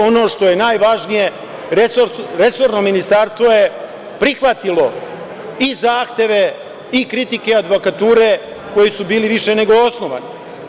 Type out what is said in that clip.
Ono što je najvažnije, resorno ministarstvo je prihvatilo i zahteve i kritike advokature, koji su bili više nego osnovani.